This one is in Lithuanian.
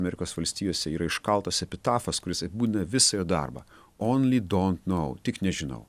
amerikos valstijose yra iškaltas epitafas kuris apbūdina visą jo darbą only dont nau tik nežinau